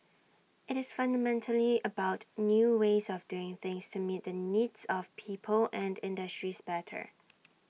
IT is fundamentally about new ways of doing things to meet the needs of people and industries better